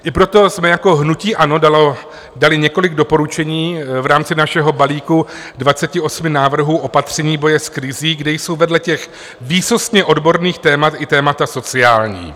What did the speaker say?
I proto jsme jako hnutí ANO dali několik doporučení v rámci našeho balíku 28 návrhů opatření boje s krizí, kde jsou vedle těch výsostně odborných témat i témata sociální.